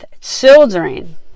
children